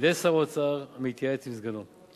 בידי שר האוצר, המתייעץ עם סגנו.